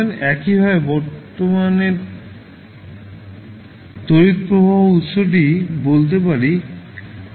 একইভাবে বর্তমানের তড়িৎ প্রবাহ উত্সটি বলতে পারি I0u